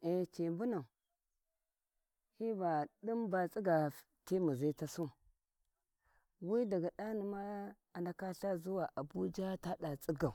Eci mbunau hiva din sinni ba tsigga di muzitasu wi daga ɗanima ana ka sha zuwa Abuja ta da tsaiggau,